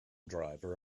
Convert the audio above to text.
driver